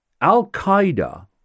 Al-Qaeda